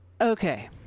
okay